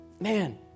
man